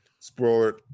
Spoiler